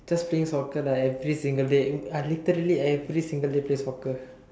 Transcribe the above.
just playing soccer lah every single day eh I literally every single day play soccer